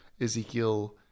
ezekiel